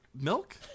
Milk